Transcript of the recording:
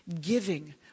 giving